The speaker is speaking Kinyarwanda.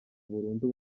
burundu